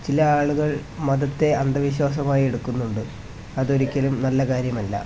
ചില ആളുകള് മതത്തെ അന്ധവിശ്വാസമായി എടുക്കുന്നുണ്ട് അത് ഒരിക്കലും നല്ല കാര്യമല്ല